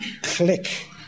click